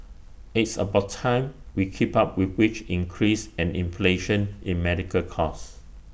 it's about time we keep up with wage increase and inflation in medical cost